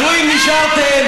הזויים נשארתם,